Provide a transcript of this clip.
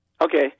Okay